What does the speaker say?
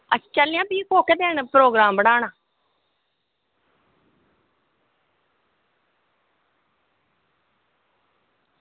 चलने आं भी कोह्के दिन प्रोग्राम बनाना